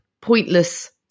Pointless